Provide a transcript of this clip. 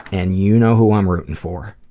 and you know who i'm rooting for.